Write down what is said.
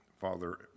Father